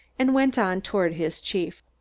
and went on toward his chief.